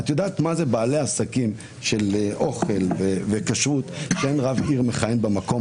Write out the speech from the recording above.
את יודעת מה זה בעלי עסקים של אוכל וכשרות כשאין רב עיר מכהן במקום?